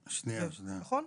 נכון?